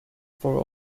for